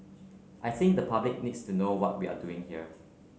I think the public needs to know what we're doing here